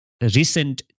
recent